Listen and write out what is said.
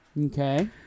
Okay